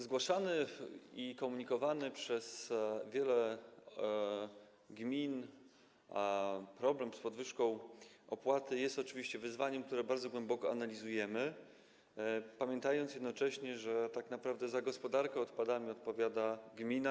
Zgłaszany, komunikowany przez wiele gmin problem z podwyżką opłaty jest oczywiście wyzwaniem, które bardzo głęboko analizujemy, pamiętając jednocześnie, że tak naprawdę za gospodarkę odpadami odpowiada gmina.